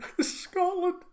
Scotland